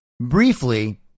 briefly